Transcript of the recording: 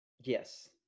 Yes